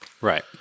Right